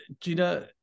Gina